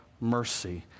mercy